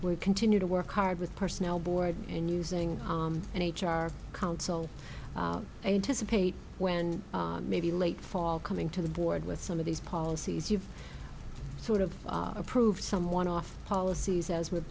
we continue to work hard with personnel board and using an h r counsel anticipate when maybe late fall coming to the board with some of these policies you've sort of approved someone off policies as w